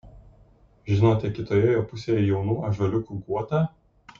žinote kitoje jo pusėje jaunų ąžuoliukų guotą